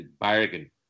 bargain